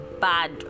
bad